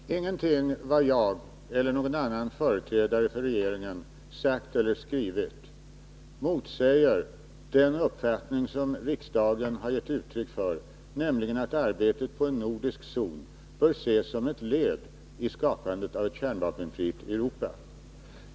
Herr talman! Ingenting av vad jag eller någon annan företrädare för regeringen har sagt eller skrivit motsäger den uppfattning som riksdagen har gett uttryck för, nämligen att arbetet på en nordisk zon bör ses som ett led i skapandet av ett kärnvapenfritt Europa.